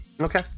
Okay